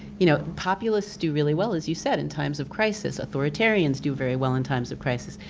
you know populists do really well, as you said in times of crisis. authoritarians do very well in times of crisis.